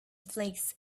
flakes